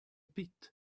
pit